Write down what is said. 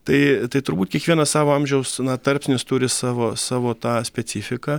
tai tai turbūt kiekvienas savo amžiaus tarpsnis turi savo savo tą specifiką